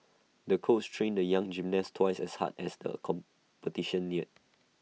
the coach trained the young gymnast twice as hard as the competition neared